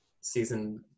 season